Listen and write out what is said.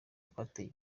twateye